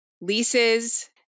leases